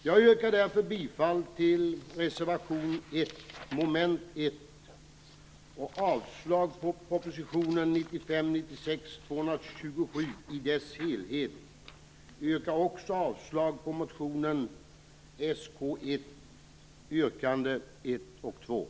Jag yrkar därför bifall till reservation nr 1 under mom. 1 och avslag på förslagen i proposition